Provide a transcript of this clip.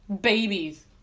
babies